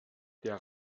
der